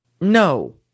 no